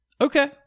Okay